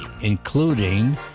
including